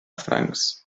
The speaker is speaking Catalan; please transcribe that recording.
francs